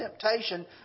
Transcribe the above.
temptation